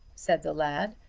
said the lad,